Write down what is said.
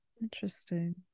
Interesting